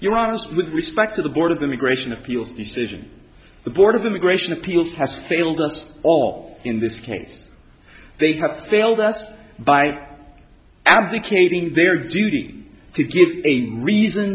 you're honest with respect to the board of immigration appeals decision the board of immigration appeals has failed us all in this case they'd have failed us by abdicating their duty to give a reason